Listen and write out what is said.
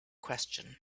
question